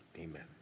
amen